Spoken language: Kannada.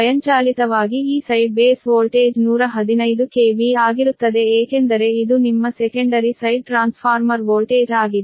6 KV ಆಗಿದೆ ಆದ್ದರಿಂದ ಸ್ವಯಂಚಾಲಿತವಾಗಿ ಈ ಸೈಡ್ ಬೇಸ್ ವೋಲ್ಟೇಜ್ 115 KV ಆಗಿರುತ್ತದೆ ಏಕೆಂದರೆ ಇದು ನಿಮ್ಮ ಸೆಕೆಂಡರಿ ಸೈಡ್ ಟ್ರಾನ್ಸ್ಫಾರ್ಮರ್ ವೋಲ್ಟೇಜ್ ಆಗಿದೆ